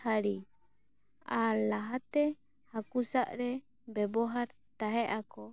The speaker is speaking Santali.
ᱦᱟᱹᱨᱤ ᱟᱨ ᱞᱟᱦᱟᱛᱮ ᱦᱟᱹᱠᱩ ᱥᱟᱜ ᱨᱮ ᱵᱮᱵᱚᱦᱟᱨ ᱛᱟᱦᱮᱸ ᱟᱠᱚ